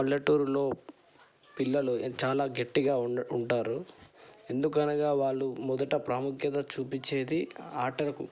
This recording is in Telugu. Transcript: పల్లెటూరులో పిల్లలు చాలా గట్టిగా ఉంటారు ఎందుకనగా వాళ్ళు మొదట ప్రాముఖ్యత చూపించేది ఆటకు